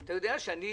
אתה יודע שאני,